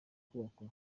kubakwa